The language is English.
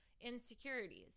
Insecurities